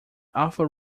author